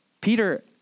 Peter